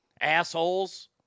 Assholes